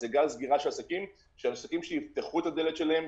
זה גל סגירה של עסקים שיפתחו את הדלת שלהם,